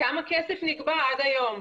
כמה כסף נגבה עד היום?